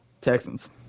Texans